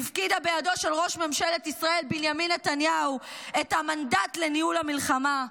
הפקידה בידו של ראש ממשלת ישראל בנימין נתניהו את המנדט לניהול המלחמה,